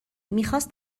میخواست